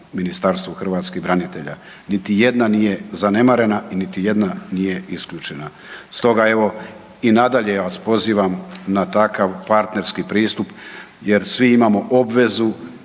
Ministarstvu hrvatskih branitelja. Niti jedna nije zanemarena i niti jedna nije isključena. Stoga evo, i nadalje ja vas pozivam na takav partnerski pristup jer svi imamo obvezu